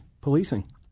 policing